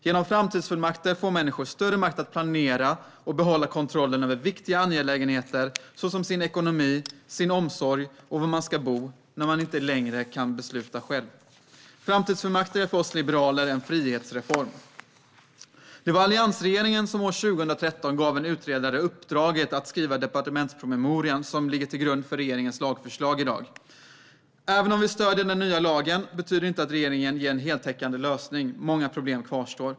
Genom framtidsfullmakter får människor större makt att planera och behålla kontrollen över viktiga angelägenheter såsom ekonomi, omsorg och var man ska bo när man inte längre kan besluta själv. Framtidsfullmakter är för oss liberaler en frihetsreform. Det var alliansregeringen som år 2013 gav en utredare i uppdrag att skriva den departementspromemoria som ligger till grund för regeringens lagförslag i dag. Även om vi stöder den nya lagen betyder det inte att regeringen ger en heltäckande lösning. Många problem kvarstår.